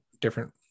different